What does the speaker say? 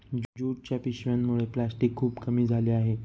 ज्यूटच्या पिशव्यांमुळे प्लॅस्टिक खूप कमी झाले आहे